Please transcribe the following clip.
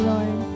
Lord